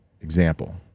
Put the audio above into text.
example